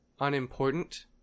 unimportant